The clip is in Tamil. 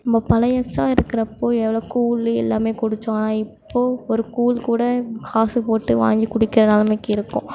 நம்ம பழையதா இருக்கிறப்போ எவ்வளோ கூழு எல்லாமே குடித்தோம் ஆனால் இப்போது ஒரு கூழ் கூட காசு போட்டு வாங்கி குடிக்கிற நிலமைக்கி இருக்கோம்